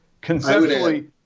conceptually